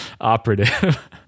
operative